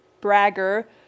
bragger